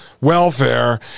welfare